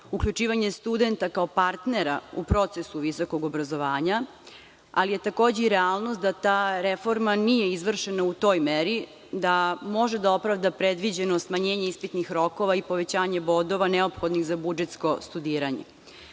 uključivanje studenta kao partnera u procesu visokog obrazovanja, ali je takođe i realnost da ta reforma nije izvršena u toj meri da može da opravda predviđeno smanjenje ispitnih rokova i povećanje bodova neophodnih za budžetsko studiranje. Proteklih